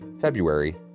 February